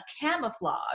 camouflage